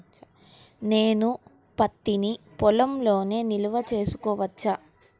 నేను పత్తి నీ పొలంలోనే నిల్వ చేసుకోవచ్చా?